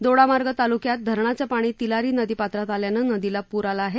दोडामार्ग तालुक्यात धरणाचं पाणी तिलारी नदी पात्रात आल्यानं नदीला पूर आला आहे